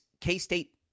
K-State